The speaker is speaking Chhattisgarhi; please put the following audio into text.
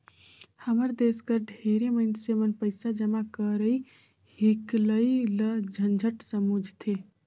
हमर देस कर ढेरे मइनसे मन पइसा जमा करई हिंकलई ल झंझट समुझथें